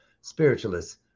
spiritualists